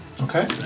Okay